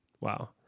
Wow